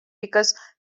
because